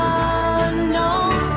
unknown